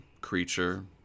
creature